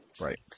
Right